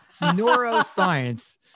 Neuroscience